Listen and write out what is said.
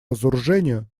разоружению